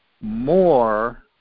more